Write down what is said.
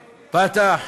"פתח",